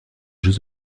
jeux